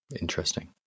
Interesting